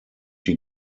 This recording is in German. die